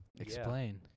Explain